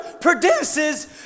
produces